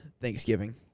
Thanksgiving